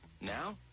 Now